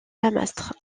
lamastre